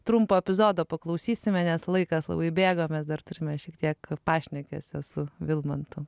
trumpo epizodo paklausysime nes laikas labai bėga mes dar turime šiek tiek pašnekesio su vilmantu